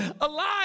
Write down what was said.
alive